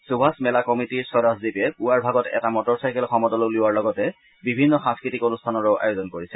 সুভাস মেলা কমিটি স্বৰাজদীপে পুৱাৰ ভাগত এটা মটৰ চাইকেল সমদল উলিওৱাৰ লগতে বিভিন্ন সাংস্কৃতিক অনুষ্ঠানৰো আয়োজন কৰিছে